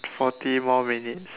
forty more minutes